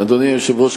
אדוני היושב-ראש,